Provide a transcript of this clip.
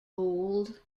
old